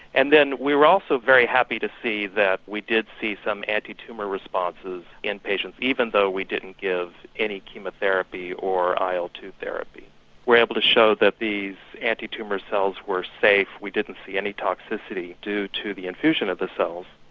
and then we were also very happy to see that we did see some anti-tumour responses in patients even though we didn't give any chemotherapy or i o two therapy. we were able to show that these anti-tumour cells were safe we didn't see any toxicity due to the infusion of the cells.